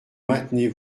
maintenez